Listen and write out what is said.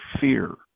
fear